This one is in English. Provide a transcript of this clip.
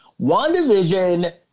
WandaVision